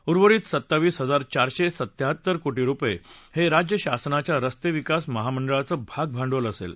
उर्वरीत सत्तावीस हजार चारशे सत्त्याहत्तर कोटी रुपये हे राज्य शासनाच्या रस्ते विकास महामंडळाचं भागभांडवल असेल